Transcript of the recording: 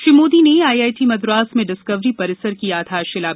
श्री मोदी ने आईआईटी मद्रास में डिस्कवरी परिसर की आधारशिला भी रखी